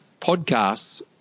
podcasts